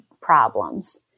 problems